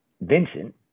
Vincent